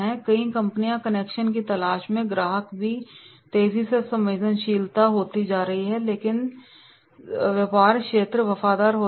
कई कंपनियां कनेक्शन की तलाश करती है ग्राहक भी तेजी से संवेदनशील होते हैं लेकिन व्यापार क्षेत्र वफादार होता है